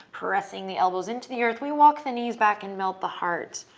pressing the elbows in to the earth, we walk the knees back and melt the heart.